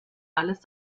alles